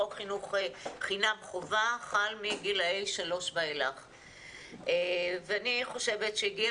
חוק חינוך חינם חובה חל מגילאי שלוש ואילך ואני חושבת שהגיע